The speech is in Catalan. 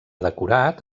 decorat